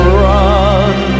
run